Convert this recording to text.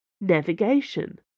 Navigation